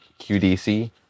QDC